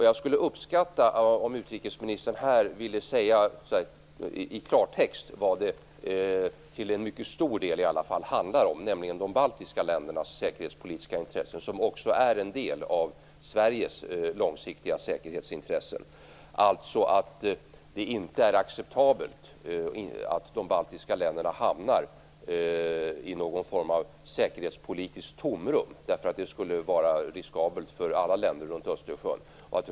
Jag skulle uppskatta om utrikesministern här i klartext ville säga vad det - i alla fall till en mycket stor del - handlar om, nämligen de baltiska ländernas säkerhetspolitiska intressen. De är ju också en del av Sveriges långsiktiga säkerhetsintressen. Det är alltså inte acceptabelt att de baltiska länderna hamnar i någon form av säkerhetspolitiskt tomrum. Det skulle nämligen vara riskabelt för alla länder runt Östersjön.